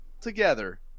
together